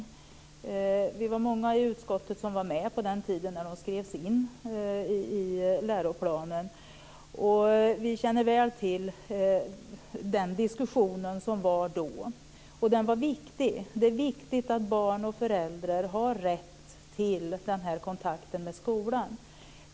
Många av oss i utskottet var med på den tiden då de skrevs in i läroplanen, och vi känner väl till den diskussion som var då. Den var viktig. Det är viktigt att barn och föräldrar har rätt till den här kontakten med skolan.